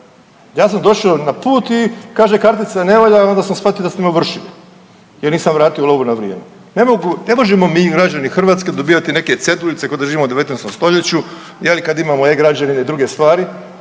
Ja sam došao na put i kaže kartica ne valja i onda sam shvatio da ste me ovršili jer nisam vratio lovu na vrijeme. Ne mogu, ne možemo mi građani Hrvatske dobivati neke ceduljice ko da živimo u 19.st. jel i kada imamo e-građani i druge stvari,